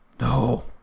no